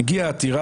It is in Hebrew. עם זה אתה מסכים?